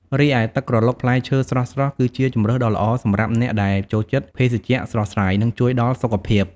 រីឯទឹកក្រឡុកផ្លែឈើស្រស់ៗ គឺជាជម្រើសដ៏ល្អសម្រាប់អ្នកដែលចូលចិត្តភេសជ្ជៈស្រស់ស្រាយ នឹងជួយដល់សុខភាព ។